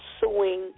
suing